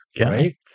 right